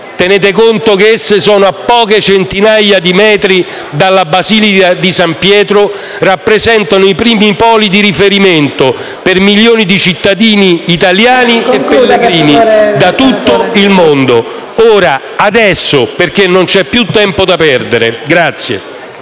tenete conto che esse si trovano a poche centinaia di metri dalla Basilica di San Pietro – rappresentano i primi poli di riferimento per milioni di cittadini italiani e pellegrini di tutto il mondo. Occorre farlo ora, adesso, perche´ non c’e piu` tempo da perdere.